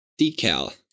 decal